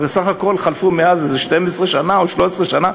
הרי סך הכול חלפו מאז איזה 12 שנה או 13 שנה,